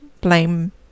blame